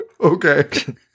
okay